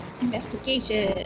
investigation